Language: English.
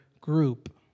group